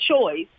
choice